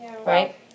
right